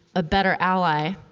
a better ally,